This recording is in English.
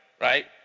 Right